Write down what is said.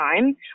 time